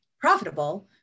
profitable